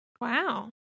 Wow